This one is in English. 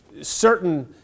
certain